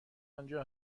آنجا